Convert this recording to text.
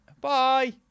Bye